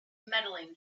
medaling